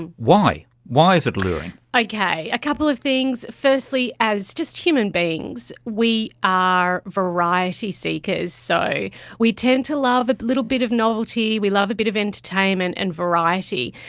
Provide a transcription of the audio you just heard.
and why why is it alluring? okay, a couple of things. firstly, as just human beings we are variety seekers. so we tend to love a little bit of novelty, we love a bit of entertainment and variety.